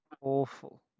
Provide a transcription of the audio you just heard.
Awful